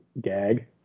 gag